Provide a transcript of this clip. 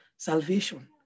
Salvation